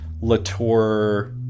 Latour